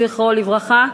זכרו לברכה,